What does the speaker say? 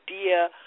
idea